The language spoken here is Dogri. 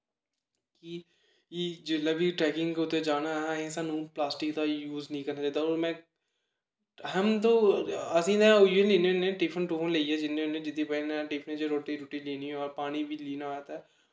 कि जिसलै बी ट्रैकिंग कुतै जाना होऐ असें सानूं प्लास्टिक दा यूज निं करना चाहिदा होर में हम तो असें ते इ'यो लैने होने टिफिन टुफन लेइयै जन्ने होने जेह्दी बजह् नै टिफिन च रुट्टी रट्टी लैनी होऐ पानी बी लैना होऐ ते